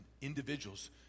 individuals